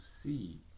see